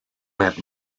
net